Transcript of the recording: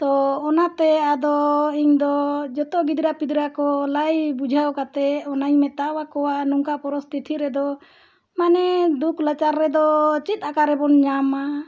ᱛᱚ ᱚᱱᱟᱛᱮ ᱟᱫᱚ ᱤᱧᱫᱚ ᱡᱷᱚᱛᱚ ᱜᱤᱫᱽᱨᱟᱹ ᱯᱤᱫᱽᱨᱟᱹ ᱠᱚ ᱞᱟᱹᱭ ᱵᱩᱡᱷᱟᱹᱣ ᱠᱟᱛᱮᱫ ᱚᱱᱟᱧ ᱢᱮᱛᱟᱣᱟᱠᱚᱣᱟ ᱱᱚᱝᱠᱟ ᱯᱚᱨᱤᱥᱛᱷᱤᱛᱤ ᱨᱮᱫᱚ ᱢᱟᱱᱮ ᱫᱩᱠ ᱱᱟᱪᱟᱨ ᱨᱮᱫᱚ ᱪᱮᱫ ᱚᱠᱟᱨᱮᱵᱚᱱ ᱧᱟᱢᱟ